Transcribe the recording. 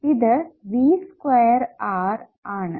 ഇത് V square R ആണ്